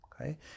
okay